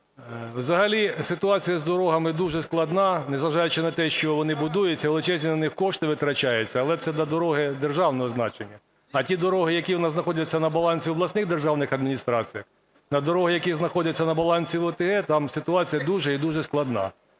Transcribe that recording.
Взагалі ситуація з дорогами дуже складна. Незважаючи на те, що вони будуються, величезні на них кошти витрачаються, але це на дороги державного значення. А ті дороги, які у нас знаходяться на балансі обласних державних адміністрацій, на дороги, які знаходяться на балансі в ОТГ, там ситуація дуже і дуже складна.